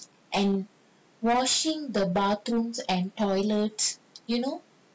and washing the bathrooms and toilets you know